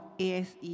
ASE